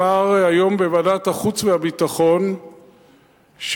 אמר היום בוועדת החוץ והביטחון שמבחינתו